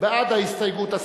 בעד ההסתייגות,